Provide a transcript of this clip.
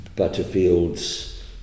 Butterfield's